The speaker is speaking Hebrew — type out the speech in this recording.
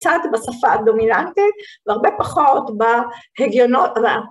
‫קצת בשפה הדומילנטית ‫והרבה פחות בהגיונות...